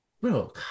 Bro